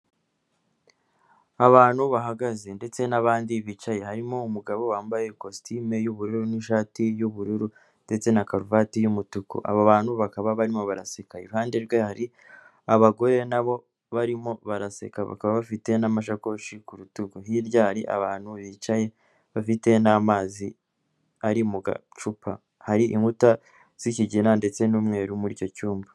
Abantu bahagaze ndetse n'abandi bicaye harimo umugabo wambaye kositimu y'ubururu n'ishati y'ubururu ndetse na karuvati y'umutuku abo bantu bakaba barimo baraseka, iruhande rwe hari abagore nabo barimo baraseka bakaba bafite n'amasakoshi ku rutugu, hirya hari abantu bicaye bafite n'amazi ari mu gacupa, hari inkuta z'ikigina ndetse n'umweru muri icyo cyumba.